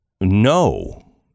no